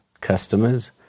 customers